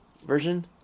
version